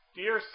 dear